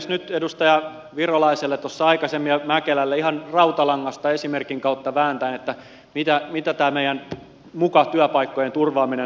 nyt edustaja virolaiselle tuossa aikaisemmin ja mäkelälle ihan rautalangasta esimerkin kautta vääntäen mitä tämä meidän muka työpaikkojen turvaaminen tarkoittaa